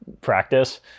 practice